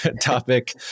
topic